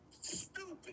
stupid